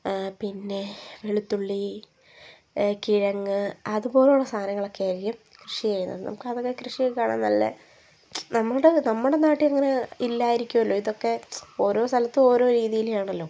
പിന്നെ വെളുത്തുള്ളി കിഴങ്ങ് അതുപോലുള്ള സാധനങ്ങളൊക്കെ ആയിരിക്കും കൃഷി ചെയ്യുന്നത് നമുക്ക് അവരുടെ കൃഷി ഒക്കെ കാണാൻ നല്ല നമ്മളുടെ നമ്മളുടെ നാട്ടില് ഇങ്ങനെ ഇല്ലായിരിക്കുമല്ലോ ഇതൊക്കെ ഓരോ സ്ഥലത്തും ഓരോ രീതിയിലാണല്ലോ